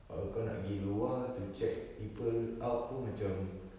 kalau kau nak pergi luar to check people out pun macam